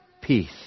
peace